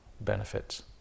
benefits